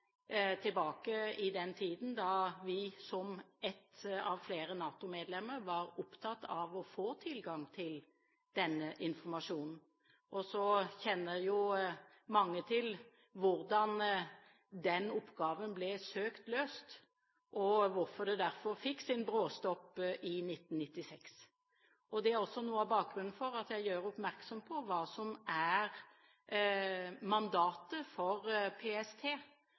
tilbake i den tiden da Norge som ett av flere NATO-medlemmer var opptatt av å få tilgang til denne informasjonen. Så kjenner jo mange til hvordan den oppgaven ble søkt løst, og hvorfor det derfor fikk sin bråstopp i 1996. Det er også noe av bakgrunnen for at jeg gjør oppmerksom på hva som er mandatet for PST,